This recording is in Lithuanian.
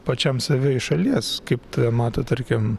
pačiam save iš šalies kaip tave mato tarkim